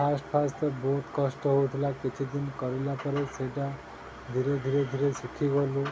first first ତ ବହୁତ କଷ୍ଟ ହେଉଥିଲା କିଛି ଦିନ କଲା ପରେ ସେଇଟା ଧୀରେ ଧୀରେ ଶିଖିଗଲୁ